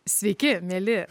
sveiki mieli